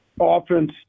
offense